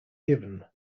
given